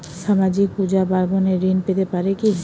সামাজিক পূজা পার্বণে ঋণ পেতে পারে কি?